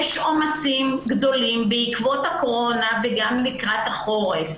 יש עומסים גדולים בעקבות הקורונה וגם לקראת החורף.